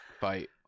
fight